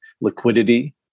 liquidity